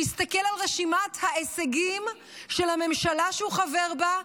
שיסתכל על רשימת ההישגים של הממשלה שהוא חבר בה,